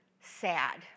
sad